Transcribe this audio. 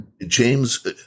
James